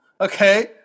okay